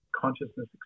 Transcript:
consciousness